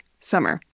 summer